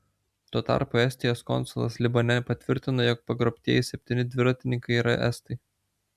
tuo tarpu estijos konsulas libane patvirtino jog pagrobtieji septyni dviratininkai yra estai